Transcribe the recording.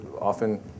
often